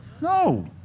No